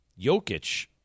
Jokic